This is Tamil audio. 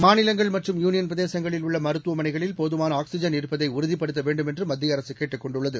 மாநிலங்கள் மற்றும் யூவியன் பிரதேசங்களில் உள்ள மருத்துவமனைகளில் போதுமான ஆக்ஸிஜன் இருப்பதை உறுதிப்படுத்த வேண்டும் என்று மத்திய அரசு கேட்டுக் கொண்டுள்ளது